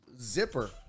zipper